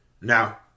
Now